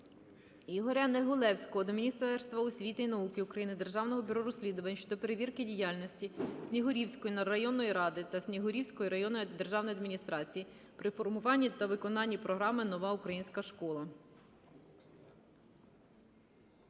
Ігоря Негулевського до Міністерства освіти і науки України, Державного бюро розслідувань щодо перевірки діяльності Снігурівської районної ради та Снігурівської районної державної адміністрації при формуванні та виконанні програми "Нова українська школа".